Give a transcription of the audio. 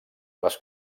les